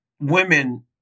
women